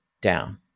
down